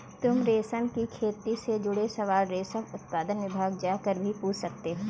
तुम रेशम की खेती से जुड़े सवाल रेशम उत्पादन विभाग जाकर भी पूछ सकते हो